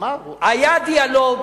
היה דיאלוג.